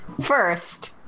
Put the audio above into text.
First